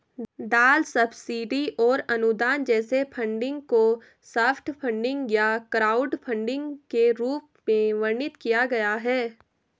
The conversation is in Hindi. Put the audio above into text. दान सब्सिडी और अनुदान जैसे फंडिंग को सॉफ्ट फंडिंग या क्राउडफंडिंग के रूप में वर्णित किया गया है